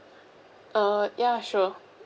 uh ya sure